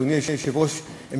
אדוני היושב-ראש,